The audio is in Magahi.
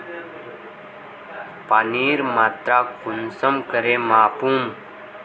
पानीर मात्रा कुंसम करे मापुम?